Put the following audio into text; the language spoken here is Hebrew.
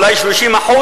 אולי 30%,